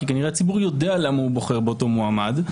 כי כנראה הציבור יודע למה הוא בוחר באותו מועמד,